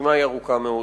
הרשימה היא ארוכה מאוד.